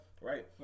right